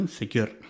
secure